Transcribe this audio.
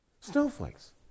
Snowflakes